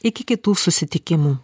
iki kitų susitikimų